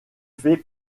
fait